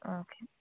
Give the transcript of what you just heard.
ആ ഓക്കെ